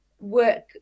work